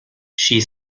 she